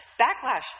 Backlash